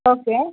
okay